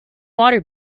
water